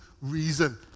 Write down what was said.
reason